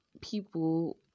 people